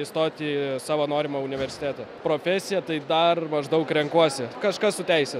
įstoti į savo norimą universitetą profesiją tai dar maždaug renkuosi kažkas su teise